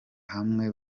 hamwe